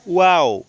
wow